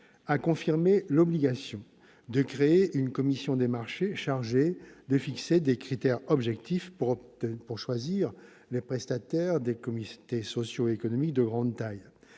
a confirmé l'obligation de créer une commission des marchés chargée de fixer des critères objectifs pour choisir les prestataires des comités sociaux et économiques de grande taille.